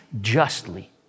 justly